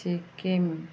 Sikkim